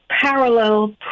parallel